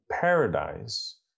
paradise